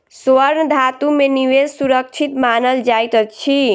स्वर्ण धातु में निवेश सुरक्षित मानल जाइत अछि